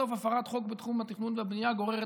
בסוף הפרת חוק בתחום התכנון והבנייה גוררת